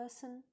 person